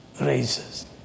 raises